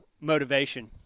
motivation